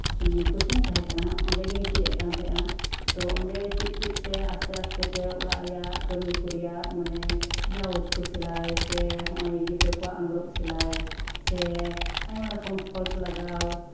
coaching ᱛᱟᱸᱦᱮ ᱠᱟᱱᱟ ᱚᱱᱰᱮ ᱜᱤᱧ ᱪᱮᱫ ᱮᱜ ᱛᱟᱸᱦᱮᱜᱼᱟ ᱛᱳ ᱚᱱᱰᱮ ᱪᱮᱫ ᱪᱮᱫ ᱛᱮ ᱟᱥᱛᱮ ᱟᱥᱛᱮᱛᱮ ᱚᱲᱟᱜ ᱨᱮᱭᱟᱜ ᱠᱟᱹᱢᱤ ᱠᱚ ᱨᱮᱭᱟᱜ ᱢᱟᱱᱮ ᱵᱞᱟᱩᱡ ᱠᱚ ᱥᱮᱞᱟᱭ ᱜᱤᱫᱽᱨᱟᱹ ᱠᱚᱣᱟᱜ ᱟᱸᱜᱨᱚᱵᱽ ᱠᱚ ᱥᱮᱞᱟᱭ ᱥᱮ ᱟᱭᱢᱟ ᱨᱚᱠᱚᱢ ᱯᱷᱚᱞᱥ ᱞᱟᱜᱟᱣ